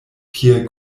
kiel